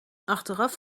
achteraf